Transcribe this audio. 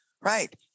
Right